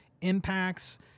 impacts